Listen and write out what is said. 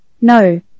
no